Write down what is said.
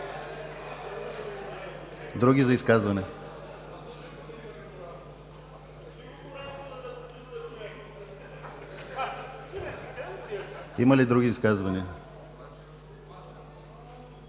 Други за изказване? Има ли други изказвания?